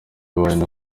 wine